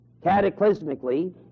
cataclysmically